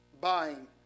buying